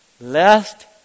lest